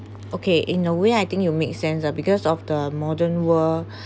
okay in a way I think you make sense ah because of the modern world